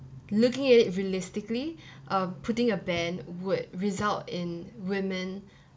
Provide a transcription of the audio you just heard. looking at it realistically uh putting a ban would result in women